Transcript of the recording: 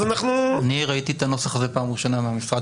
אני ראיתי את הנוסח הזה פעם ראשונה במשרד